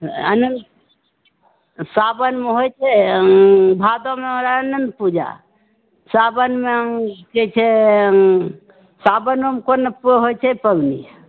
अनन्त सावनमे होइ छै भादबमे रहै अनन्त पूजा साबनमे कहै छै साबनोमे कोनो होइ छै पाबनि